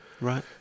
Right